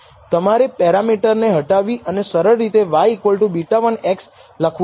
તમારે આ પેરામીટર ને હટાવી અને સરળ રીતે y β1 x લખવું જોઈએ